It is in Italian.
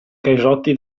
caisotti